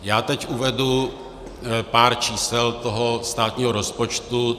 Já teď uvedu pár čísel státního rozpočtu.